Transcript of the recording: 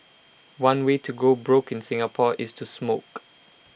one way to go broke in Singapore is to smoke